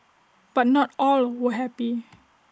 but not all were happy